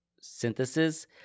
synthesis